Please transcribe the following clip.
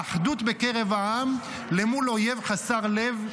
האחדות בקרב העם מול אויב חסר לב,